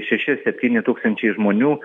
šeši septyni tūkstančiai žmonių